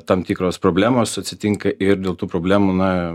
tam tikros problemos atsitinka ir dėl tų problemų na